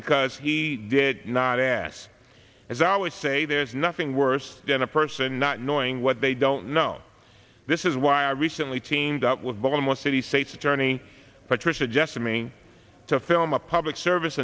because he did not ask as i always say there's nothing worse than a person not knowing what they don't know this is why i recently teamed up with baltimore city state's attorney patricia jessamy to film a public service